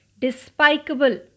despicable